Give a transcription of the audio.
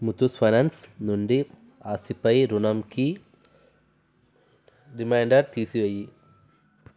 Muthoot finance నుండి ఆస్తిపై రుణంకి రిమైండర్ తీసివెయ్యి